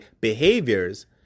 behaviors